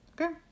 Okay